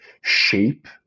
shape